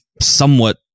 somewhat